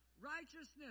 Righteousness